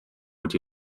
would